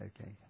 Okay